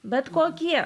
bet kokie